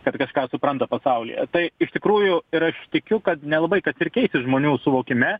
kad kažką supranta pasaulyje tai iš tikrųjų ir aš tikiu kad nelabai kas ir keisis žmonių suvokime